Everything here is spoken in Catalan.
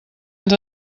ens